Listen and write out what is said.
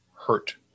hurt